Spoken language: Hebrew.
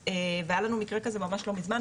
והיה לנו מקרה כזה ממש לא מזמן.